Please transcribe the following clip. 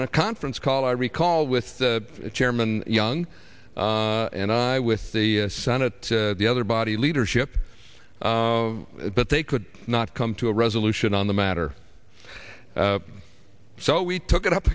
and a conference call i recall with the chairman young and i with the senate the other body leadership but they could not come to a resolution on the matter so we took it up